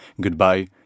Goodbye